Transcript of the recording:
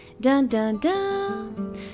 Dun-dun-dun